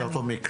יותר טוב מכלום.